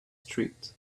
street